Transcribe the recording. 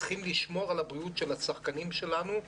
צריך לשמור על הבריאות של השחקנים שלנו.